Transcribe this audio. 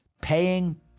paying